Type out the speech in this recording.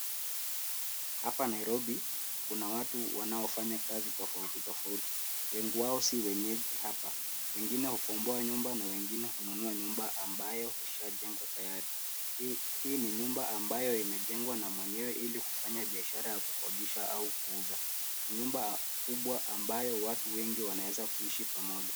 Hapa Nairobi kuna watu wanaofanya kazi tofauti tofauti. Wengi wao sio wenyeji hapa, wengine hukomboa nyumba na wengine hununua nyumba ambayo ishaajengwa tayari. Hii ni nyumba ambayo imejengwa na mwenyewe ili kufanya biashara ya kukodisha au kuuza. Ni nyumba kubwa ambayo watu wengi wanaweza kuishi pamoja.